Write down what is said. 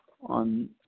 on